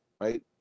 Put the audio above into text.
right